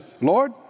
Lord